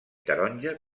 taronja